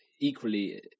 equally